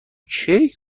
کیک